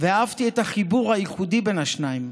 ואהבתי את החיבור הייחודי בין השניים,